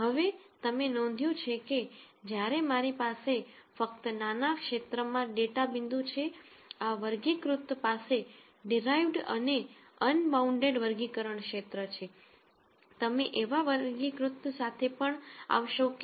હવે તમે નોંધ્યું છે કે જ્યારે મારી પાસે ફક્ત નાના ક્ષેત્રમાં ડેટા બિંદુ છે આ વર્ગીકૃત પાસે derived અને unbounded વર્ગીકરણ ક્ષેત્ર છે તમે એવા વર્ગીકૃત સાથે પણ આવશો કે